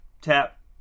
tap